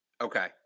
Okay